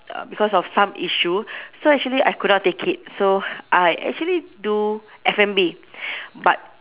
uh because of some issue so actually I could not take it so I actually do F&B but